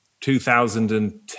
2010